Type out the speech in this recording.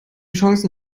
chancen